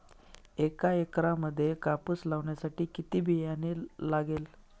एका एकरामध्ये कापूस लावण्यासाठी किती बियाणे लागेल?